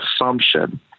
assumption